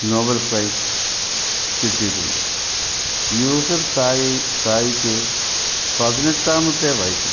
Nobel prize കിട്ടിയിട്ടുണ്ട് Yousafzai സായ്ക്ക് പതിനെട്ടാമത്തെ വയസ്സിൽ